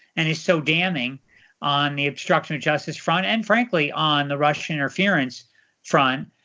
and is so damning on the obstruction of justice front, and frankly, on the russian interference front,